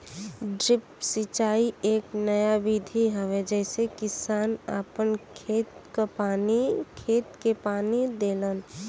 drip सिंचाई एक नया विधि हवे जेसे किसान आपन खेत के पानी देलन